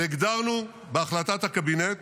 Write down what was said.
והגדרנו בהחלטת הקבינט